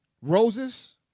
Roses